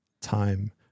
time